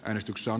äänestyksen